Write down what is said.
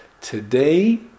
Today